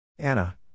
Anna